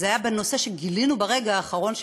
זה היה הנושא שגילינו ברגע האחרון,